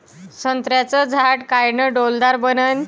संत्र्याचं झाड कायनं डौलदार बनन?